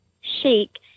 shake